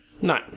No